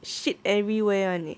shit everywhere [one] leh